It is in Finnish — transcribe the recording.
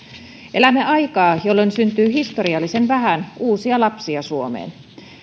elämme aikaa jolloin syntyy historiallisen vähän uusia lapsia suomeen